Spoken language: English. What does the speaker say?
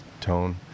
tone